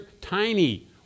tiny